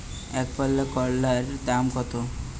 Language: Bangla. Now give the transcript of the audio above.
একপাল্লা করলার দাম কত?